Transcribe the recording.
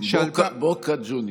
בוקה ג'וניורס.